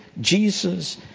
Jesus